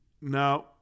Now